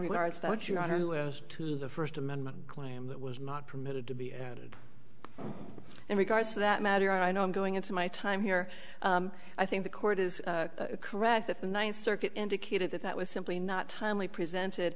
regards that you know who has to the first amendment claim that was not permitted to be added in regards to that matter i know i'm going into my time here i think the court is correct that the ninth circuit indicated that that was simply not timely presented